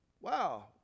Wow